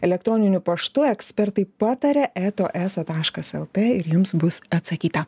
elektroniniu paštu ekspertai pataria eta eso taškas lt ir jums bus atsakyta